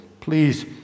Please